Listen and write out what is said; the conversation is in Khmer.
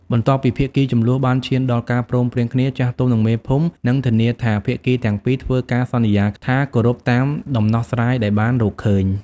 បន្ទាប់ពីភាគីជម្លោះបានឈានដល់ការព្រមព្រៀងគ្នា ចាស់ទុំ និងមេភូមិ នឹងធានាថាភាគីទាំងពីរធ្វើការសន្យាថាគោរពតាមដំណោះស្រាយដែលបានរកឃើញ។